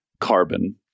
carbon